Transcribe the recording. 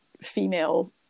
female